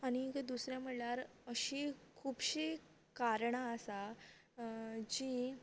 आनीक दुसरें म्हणल्यार अशी खुबशी कारणां आसात जी